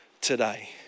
today